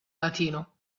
latino